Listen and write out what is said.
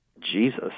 Jesus